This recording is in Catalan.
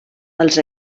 els